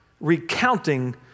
recounting